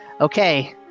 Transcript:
Okay